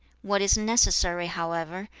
what is necessary, however,